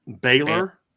Baylor